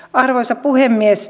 arvoisa puhemies